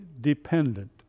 dependent